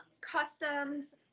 customs